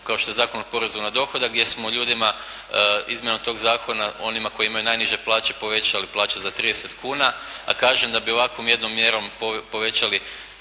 kao što je Zakon o porezu na dohodak gdje smo ljudima izmjenom tog zakona onima koji imaju najniže plaće povećali plaće za 30 kuna, a kažem da bi ovakvom jednom mjerom povećali